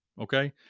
okay